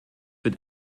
wird